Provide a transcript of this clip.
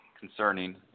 concerning